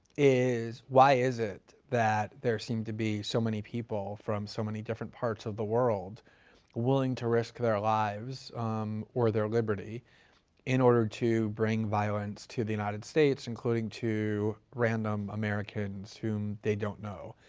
is why is it that there seem to be so many people from so many different parts of the world willing to risk their lives or their liberty in order to bring violence to the united states, including to random americans whom they don't know.